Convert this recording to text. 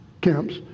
camps